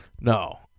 No